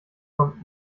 kommt